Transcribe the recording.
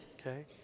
okay